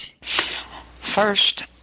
First